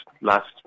last